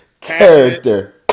character